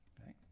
okay